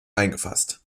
eingefasst